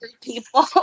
people